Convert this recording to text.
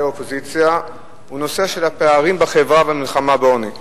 האופוזיציה הוא הנושא של הפערים בחברה והמלחמה בעוני,